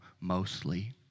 mostly